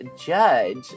judge